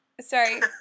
sorry